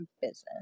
business